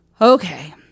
Okay